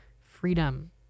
freedom